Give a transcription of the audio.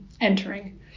entering